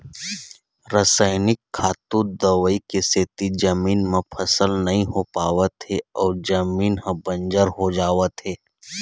रसइनिक खातू, दवई के सेती जमीन म फसल नइ हो पावत हे अउ जमीन ह बंजर हो जावत हे